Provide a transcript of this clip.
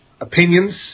opinions